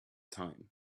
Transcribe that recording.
time